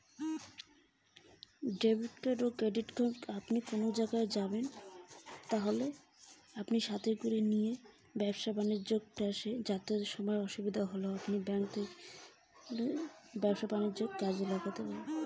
আমি ডেভিড ও credit card কি কিভাবে ব্যবহার করব?